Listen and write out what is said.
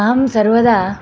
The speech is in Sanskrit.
अहं सर्वदा